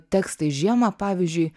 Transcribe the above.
tekstai žiemą pavyzdžiui